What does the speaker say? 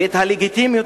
והלגיטימיות